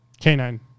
Canine